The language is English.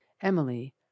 Emily